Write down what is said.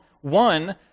one